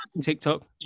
TikTok